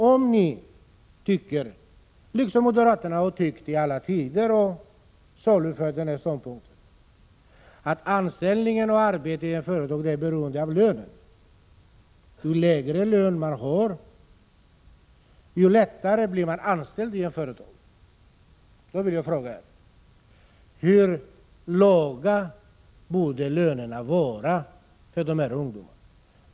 Om ni tycker, liksom moderaterna tyckt i alla tider och salufört sin ståndpunkt, att anställning i ett företag är beroende av lön — ju lägre lön man vill ha, desto lättare blir man anställd i företag - vill jag fråga er: Hur låga 85 borde lönerna vara för dessa ungdomar?